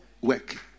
work